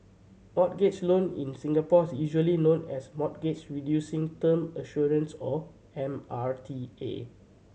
mortgage loan in Singapore is usually known as Mortgage Reducing Term Assurance or M R T A